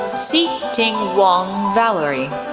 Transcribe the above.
sze ting wong valerie,